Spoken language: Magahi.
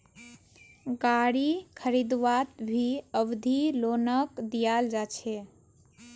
गारी खरीदवात भी अवधि लोनक दियाल जा छे